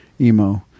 emo